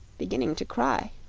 beginning to cry.